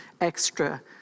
extra